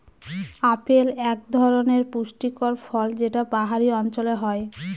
apple এক ধরনের পুষ্টিকর ফল যেটা পাহাড়ি অঞ্চলে হয়